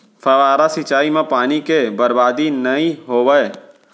फवारा सिंचई म पानी के बरबादी नइ होवय